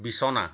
বিছনা